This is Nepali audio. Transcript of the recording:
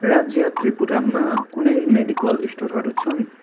राज्य त्रिपुरामा कुनै मेडिकल स्टोरहरू छन्